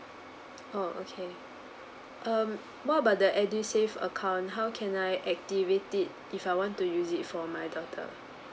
oh okay um what about the edusave account how can I activate it if I want to use it for my daughter